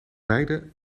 beide